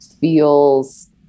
feels